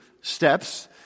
steps